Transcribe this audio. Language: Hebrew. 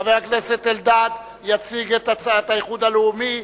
חבר הכנסת אלדד יציג את הצעת האיחוד הלאומי.